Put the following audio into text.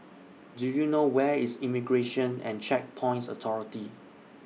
Do YOU know Where IS Immigration and Checkpoints Authority